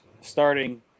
starting